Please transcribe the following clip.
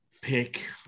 pick